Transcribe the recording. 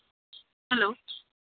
hello